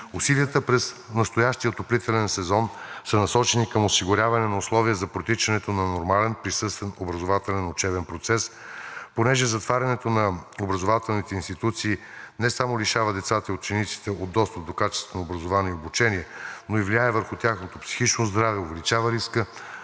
Усилията през настоящия отоплителен сезон са насечени към осигуряване на условия за протичането на нормален, присъствен, образователен учебен процес. Понеже затварянето на образователните институции не само лишава децата и учениците от достъп до качествено образование и обучение, но и влияе върху тяхното психично здраве, увеличава риска